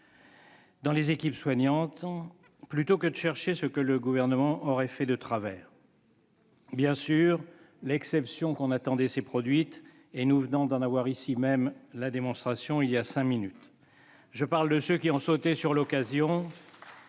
dans les équipes soignantes plutôt que de chercher ce que le Gouvernement aurait pu faire de travers. Bien sûr, l'exception que l'on attendait s'est produite, nous venons d'en avoir ici même la démonstration. Je parle de ceux qui ont sauté sur l'occasion